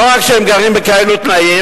לא רק שהם גרים בכאלה תנאים,